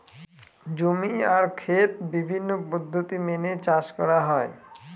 জমি আর খেত বিভিন্ন পদ্ধতি মেনে চাষ করা হয়